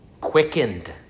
quickened